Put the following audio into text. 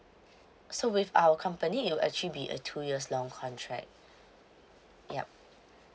so with our company it will actually be a two years long contract yup